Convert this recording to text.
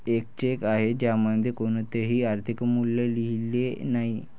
एक चेक आहे ज्यामध्ये कोणतेही आर्थिक मूल्य लिहिलेले नाही